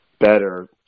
better